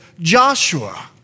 Joshua